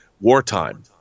wartime